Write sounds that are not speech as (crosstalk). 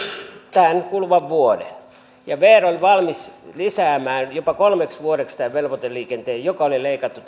tämän kuluvan vuoden ja vr oli valmis lisäämään jopa kolmeksi vuodeksi tämän velvoiteliikenteen joka oli leikattu (unintelligible)